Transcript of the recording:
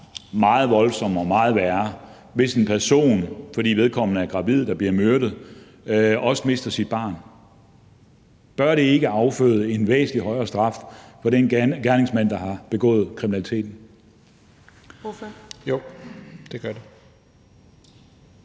meget voldsommere og meget værre, hvis en person, der er gravid og bliver myrdet, også mister sit barn. Bør det ikke afføde en væsentlig højere straf for den gerningsmand, der har begået kriminaliteten?